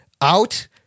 out